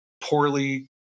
poorly